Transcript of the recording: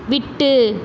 விட்டு